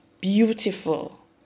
beautiful